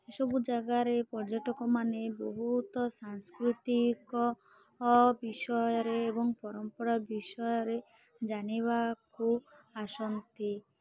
ଏସବୁ ଜାଗାରେ ପର୍ଯ୍ୟଟକମାନେ ବହୁତ ସାଂସ୍କୃତିକ ବିଷୟରେ ଏବଂ ପରମ୍ପରା ବିଷୟରେ ଜାଣିବାକୁ ଆସନ୍ତି